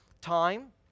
time